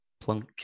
plunk